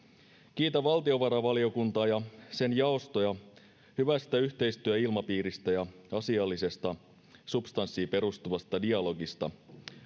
kiitän valtiovarainvaliokuntaa ja sen jaostoja hyvästä yhteistyöilmapiiristä ja asiallisesta substanssiin perustuvasta dialogista